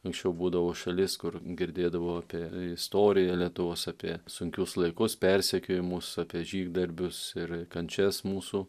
anksčiau būdavo šalis kur girdėdavau apie istoriją lietuvos apie sunkius laikus persekiojimus apie žygdarbius ir kančias mūsų